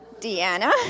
Deanna